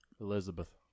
Elizabeth